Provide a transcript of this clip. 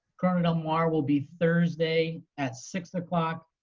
corona del mar will be thursday at six o'clock.